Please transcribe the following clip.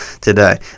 today